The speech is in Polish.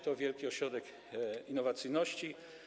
To wielki ośrodek innowacyjności.